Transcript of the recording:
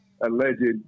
alleged